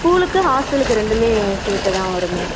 ஸ்கூலுக்கு ஹாஸ்டலுக்கு ரெண்டும் சேர்த்துதான் வரும்